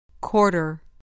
Quarter